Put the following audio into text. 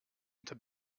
into